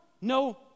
no